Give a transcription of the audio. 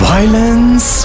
Violence